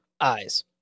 eyes